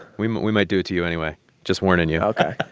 we might we might do it to you anyway just warning you ok,